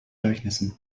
gleichnissen